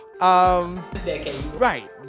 Right